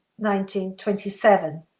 1927